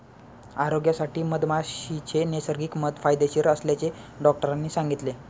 आरोग्यासाठी मधमाशीचे नैसर्गिक मध फायदेशीर असल्याचे डॉक्टरांनी सांगितले